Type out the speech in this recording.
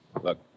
Look